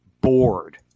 bored